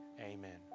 Amen